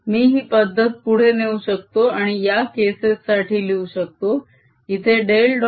मी ही पद्धत पुढे नेऊ शकतो आणि या केसेस साठी लिहू शकतो इथे डेल